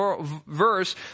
Verse